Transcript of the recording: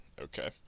okay